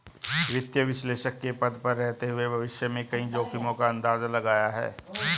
वित्तीय विश्लेषक के पद पर रहते हुए भविष्य में कई जोखिमो का अंदाज़ा लगाया है